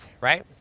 right